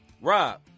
Rob